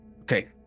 Okay